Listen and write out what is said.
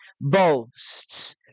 boasts